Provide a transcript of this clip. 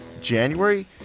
January